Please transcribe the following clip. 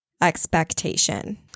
expectation